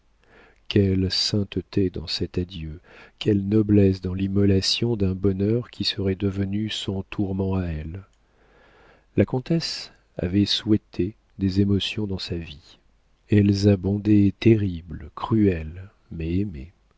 quelle sainteté dans cet adieu quelle noblesse dans l'immolation d'un bonheur qui serait devenu son tourment à elle la comtesse avait souhaité des émotions dans sa vie elles abondaient terribles cruelles mais aimées